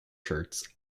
shirts